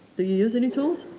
do you use any tools?